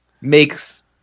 makes